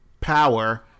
power